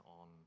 on